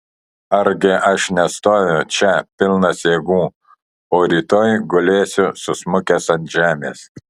argi aš nestoviu čia pilnas jėgų o rytoj gulėsiu susmukęs ant žemės